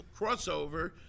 crossover